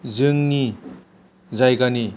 जोंनि जायगानि